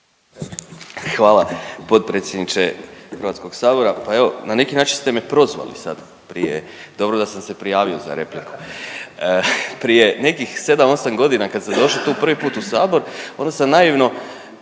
Hvala potpredsjedniče HS-a, pa evo, na neki način ste me prozvali sad prije, dobro da sam se prijavio za repliku, prije nekih 7, 8 godina sam sam došao tu prvi put u Sabor, onda sam naivno